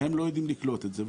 והם לא יודעים לקלוט את זה,